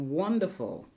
wonderful